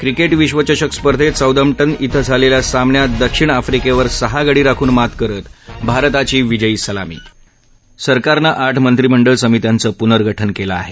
cricket विश्वचषक स्पर्धेत Southampton इथं झालेल्या सामन्यात दक्षिण आफ्रिकेवर सहा गडी राखून मात करत भारताची विजयी सलामी सरकारनं आठ मंत्रीमंडळ समित्यांचं प्र्नगठन केलं आहे